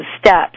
steps